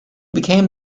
became